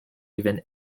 even